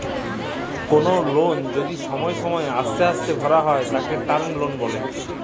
call লল যদি ছময় মত অস্তে অস্তে ভ্যরা হ্যয় উয়াকে টার্ম লল ব্যলে